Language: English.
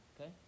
okay